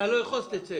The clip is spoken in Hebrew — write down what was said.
אם אתה לא יכול אז תצא.